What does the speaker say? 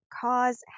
cause